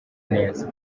neza